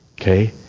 Okay